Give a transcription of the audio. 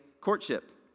courtship